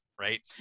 Right